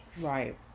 Right